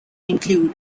include